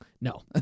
No